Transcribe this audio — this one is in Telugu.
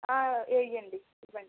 వెయ్యండి ఇవ్వండి